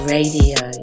Radio